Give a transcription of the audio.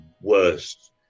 worst